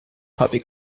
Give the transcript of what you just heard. puppy